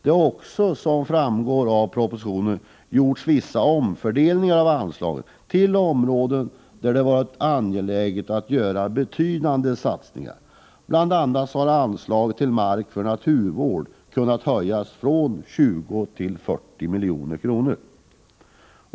Det har också, som framgår av propositionen, gjorts vissa omfördelningar av anslagen till områden där det har varit angeläget att göra betydande satsningar. Bl. a. har anslaget till mark för naturvård kunnat höjas från 20 till 40 milj.kr.